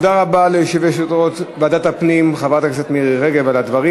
תודה רבה ליושבת-ראש ועדת הפנים חברת הכנסת מירי רגב על הדברים.